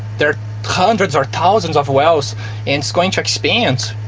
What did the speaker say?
there hundreds or thousands of wells and it's going to expand.